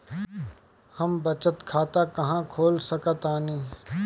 हम बचत खाता कहां खोल सकतानी?